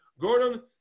Gordon